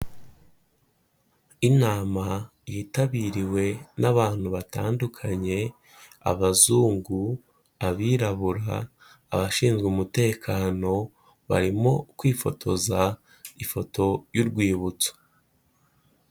Inama yitabiriwe n'abantu batandukanye, abazungu, abirabura, abashinzwe umutekano, barimo kwifotoza ifoto y'urwibutso.